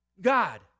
God